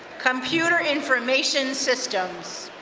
computer information systems.